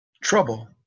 trouble